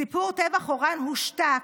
סיפור טבח אוראן הושתק,